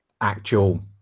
actual